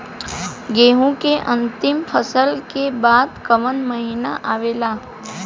गेहूँ के अंतिम फसल के बाद कवन महीना आवेला?